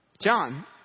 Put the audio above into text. John